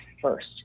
first